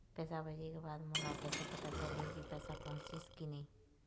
पैसा भेजे के बाद मोला कैसे पता चलही की पैसा पहुंचिस कि नहीं?